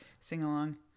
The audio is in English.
sing-along